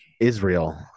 Israel